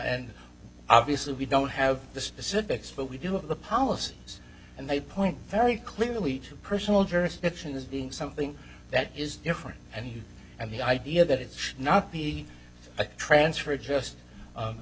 and obviously we don't have the specifics but we do have the policies and they point very clearly to personal jurisdiction as being something that is different and and the idea that it should not be transferred just